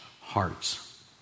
hearts